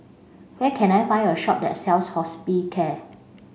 where can I find a shop that sells Hospicare